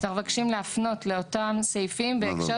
אנחנו מבקשים להפנות לאותם סעיפים בהקשר